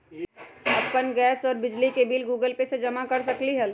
अपन गैस और बिजली के बिल गूगल पे से जमा कर सकलीहल?